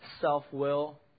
self-will